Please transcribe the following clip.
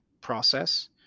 process